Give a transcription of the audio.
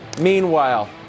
Meanwhile